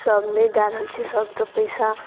सभ नहि दऽ रहल छै सभके पइसा